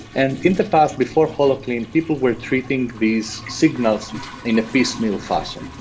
and in the past, before holoclean, people were treating these signals in a piecemeal fashion.